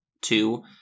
Two